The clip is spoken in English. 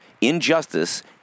Injustice